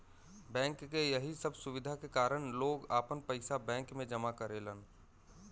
bank के यही सब सुविधा के कारन लोग आपन पइसा बैंक में जमा करेलन